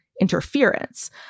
interference